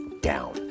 down